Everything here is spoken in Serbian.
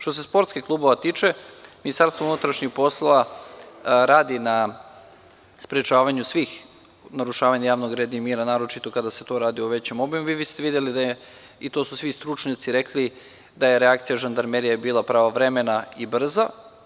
Što se tiče sportskih klubova, Ministarstvo unutrašnjih poslova radi na sprečavanju svih narušavanja javnog reda i mira, a naročito kada se to radi u većem obimu, vi biste videli, i to su svi stručnjaci rekli, da je reakcija žandarmerije bila pravovremena i brza.